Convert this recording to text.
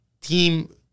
team